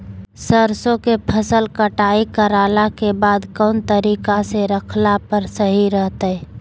सरसों के फसल कटाई करला के बाद कौन तरीका से रखला पर सही रहतय?